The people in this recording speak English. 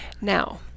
Now